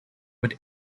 would